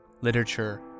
literature